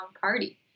party